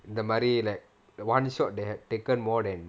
normally like the one shot they had taken more than